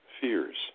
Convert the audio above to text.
fears